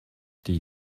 die